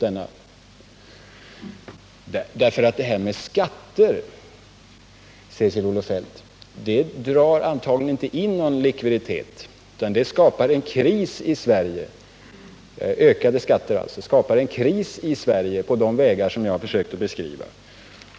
Kjell-Olof Feldt talar om ökade skatter. Men det drar antagligen inte in någon likviditet utan skapar i stället en kris i Sverige på de vägar som jag försökt beskriva.